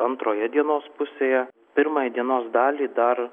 antroje dienos pusėje pirmąją dienos dalį dar